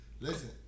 listen